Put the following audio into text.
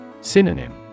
Synonym